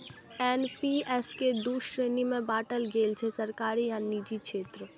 NPS कें दू श्रेणी मे बांटल गेल छै, सरकारी आ निजी क्षेत्र